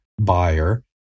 buyer